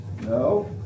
No